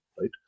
right